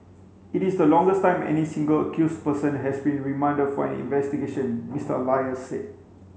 it is the longest time any single accused person has been remanded for an investigation Mister Elias said